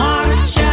March